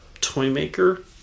Toymaker